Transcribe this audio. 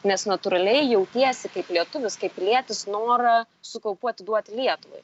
nes natūraliai jautiesi kaip lietuvis kaip pilietis norą su kaupu atiduoti lietuvai